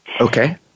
Okay